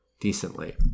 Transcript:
decently